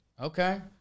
Okay